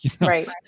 right